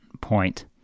point